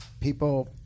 people